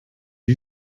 you